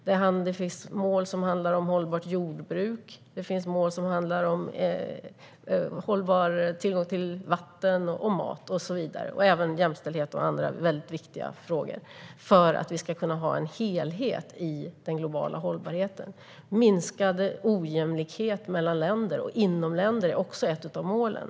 Det finns mål som handlar om hållbart jordbruk och hållbar tillgång till vatten och mat och även jämställdhet och andra väldigt viktiga frågor. Tanken är att vi ska få en helhet i den globala hållbarheten. Minskad ojämlikhet mellan och inom länder är också ett av målen.